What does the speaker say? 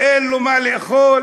אין לו מה לאכול,